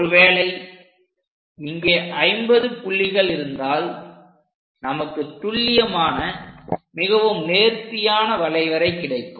ஒருவேளை இங்கே 50 புள்ளிகள் இருந்தால் நமக்கு துல்லியமான மிகவும் நேர்த்தியான வளைவரை கிடைக்கும்